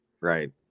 Right